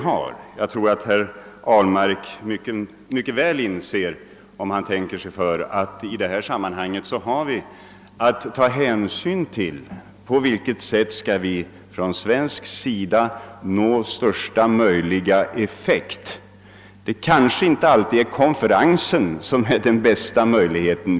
Herr Ahlmark inser säkert mycket väl, om han tänker sig för, att vi i detta sammanhang måste ta hänsyn till på vilket sätt vi från svensk sida skall kunna nå största möjliga effekt. Kanske ger inte alltid konferenser den bästa möjligheten.